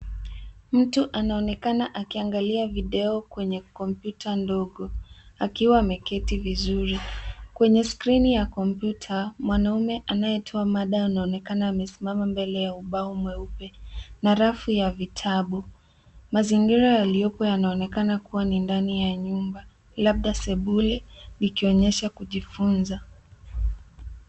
Mtu anaonekna akiangalia video kwenye kompyuta ndogo akiwa ameketi vizuri. Kwenye skrini ya kompyuta mwanaume anayetoa mada anaonekana amesimama mbele ya ubao mweupe na rafu ya vitabu. Mazingira yaliopo yanaonekana kuwa ni ndani ya nyumba labda sebule ikionyesha kujifunza.